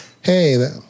hey